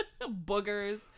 Boogers